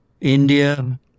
India